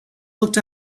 looked